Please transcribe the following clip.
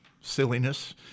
silliness